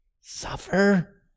suffer